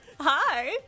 Hi